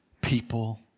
people